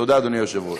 תודה, אדוני היושב-ראש.